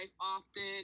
often